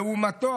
לעומתו,